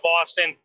Boston